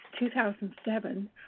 2007